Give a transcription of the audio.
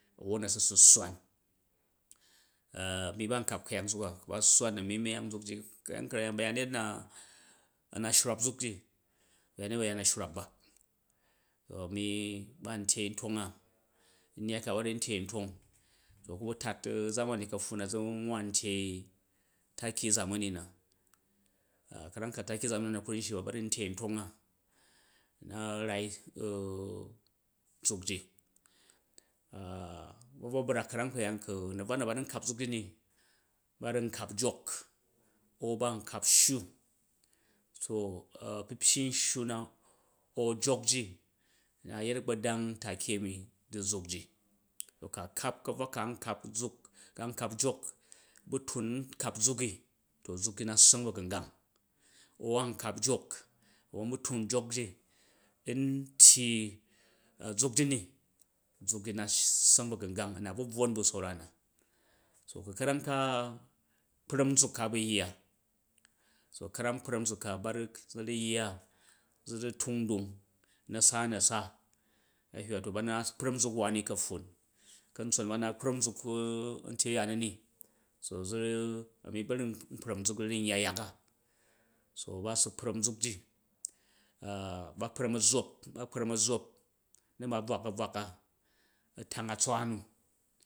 Won a̱ su su sswan a̱mi ba nkap ku̱yak nzuka, ku̱ ba̱ sswan a̱ nu myang zukji, ka̱rang ka̱yaan ba̱yanyet a̱ na shrwap zuk ba̱yanyet a shrwap ba to a̱mi ba ntyee ntonga, nnyai ka baru n tyei ntong to ku bu̱ tat zamani ka̱pffin na zu nwwa ntyee taki zamani na, ka̱ram ka taki zamani ku ru n shyi ba ba ru ntyei ntong a na rai zakji ku bvo brak ka̱ram ka̱yaan na̱bvwa na ba nu nkap zak ji ba ru nkap jok au ban kap sshu, to a̱pyipyi nsshu na au jokji a̱ na yet a̱gbodang taki a̱nu di zuk ji. To ka kap, ka̱buwa ka an kap zuk an kap jok bu tun nkap zuki, to zuk ji na ssang ba̱gungang au an kap jok won bu̱ yya ka̱ram kprang zuk ka, zu ru yya, zuru tung ndung, na̱sa-na̱sa a̱ hywa to ba naot kpram zuk wani ka̱ppfun, ka̱ntson bana kpram zuk a̱ntye yanini so zu, a̱nu ba ru nkpram zuk zu ru nyya yak a, so ba su kpram zuk ji ba kpram a̱ zzop ba kpram a̱zzo u na ma bvwaka, a tong a tswa nu.